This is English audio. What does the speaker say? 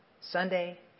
Sunday